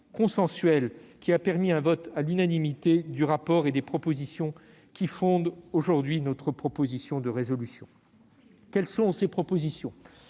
consensuel, qui a permis un vote à l'unanimité du rapport d'information et des propositions qui fondent cette proposition de résolution. Quelles sont ces propositions ?